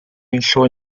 ничто